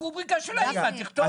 וברובריקה של אימא תכתוב מה שאתה רוצה.